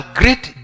great